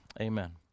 amen